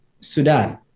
Sudan